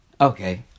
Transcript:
Okay